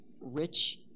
rich